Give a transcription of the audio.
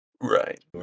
Right